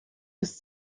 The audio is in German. ist